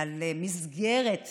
על מסגרת תקציב,